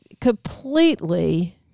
completely